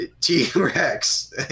T-Rex